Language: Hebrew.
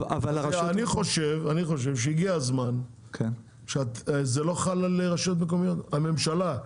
זה לא חל על הממשלה?